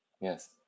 Yes